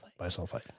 Bisulfite